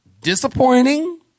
Disappointing